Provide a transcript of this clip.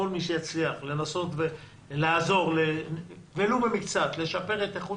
כל מי שיצליח לנסות לשפר ולו במקצת את איכות